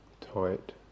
tight